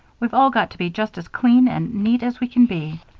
we've all got to be just as clean and neat as we can be.